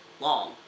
long